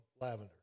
lavender